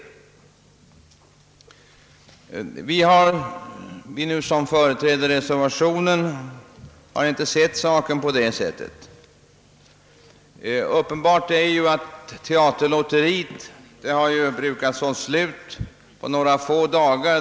Vi som företräder reservationen har inte sett saken på det sättet. Teaterlotteriet brukar ju säljas slut på några få dagar.